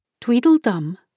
Tweedledum